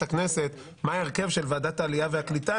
הכנסת מה ההרכב של ועדת העלייה והקליטה,